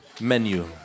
menu